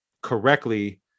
correctly